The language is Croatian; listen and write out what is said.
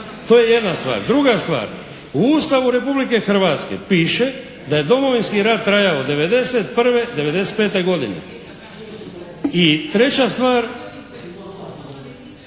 To je jedna stvar. Druga stvar. U Ustavu Republike Hrvatske piše da je Domovinski rat trajao od '91. do '95. godine. I treća stvar,